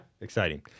exciting